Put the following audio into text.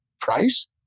price